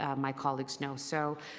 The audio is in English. um my colleagues know. so